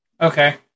Okay